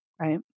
right